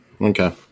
Okay